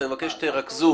אני מבקש שתרכזו